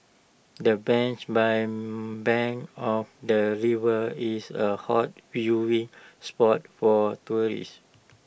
the bench by bank of the river is A hot viewing spot for tourists